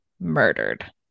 murdered